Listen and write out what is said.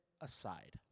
aside